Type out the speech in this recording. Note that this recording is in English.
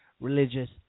religious